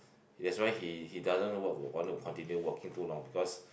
that's why he he doesn't work want to continue working too long because